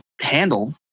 handle